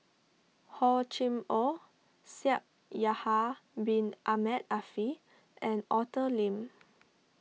Hor Chim or Shaikh Yahya Bin Ahmed Afifi and Arthur Lim